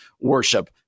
worship